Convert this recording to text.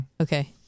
Okay